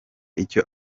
icyo